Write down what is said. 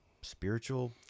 spiritual